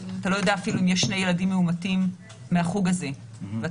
אתה לא יודע אפילו אם יש שני ילדים מאומתים מהחוג הזה ואתה